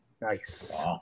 Nice